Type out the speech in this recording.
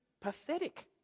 pathetic